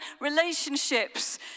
relationships